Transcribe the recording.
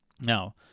Now